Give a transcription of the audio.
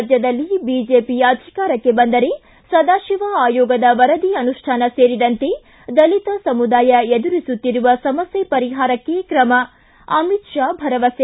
ರಾಜ್ಯದಲ್ಲಿ ಬಿಜೆಪಿ ಅಧಿಕಾರಕ್ಕೆ ಬಂದರೆ ಸದಾಶಿವ ಆಯೋಗದ ವರದಿ ಅನುಷ್ಠಾನ ಸೇರಿದಂತೆ ದಲಿತ ಸಮುದಾಯ ಎದುರಿಸುತ್ತಿರುವ ಸಮಸ್ಯೆ ಪರಿಹಾರಕ್ಕೆ ಕ್ರಮ ಅಮಿತ್ ಷಾ ಭರವಸೆ